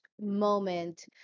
moment